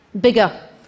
Bigger